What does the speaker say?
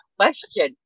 question